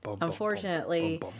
Unfortunately